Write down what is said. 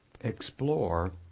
explore